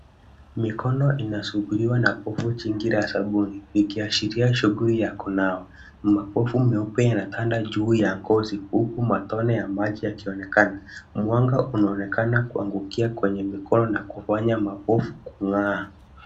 Mikono inasuguliwa na pofu jingi la sabuni. Ikiashiria shughuli ya kunawa. Mapofu meupe yanatanda juu ya ngozi huku matone ya maji yakionekana. Mwanga unaonekana kuangukia kwenye mikono na kufanya mapofu kung'aa.